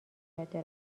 جاده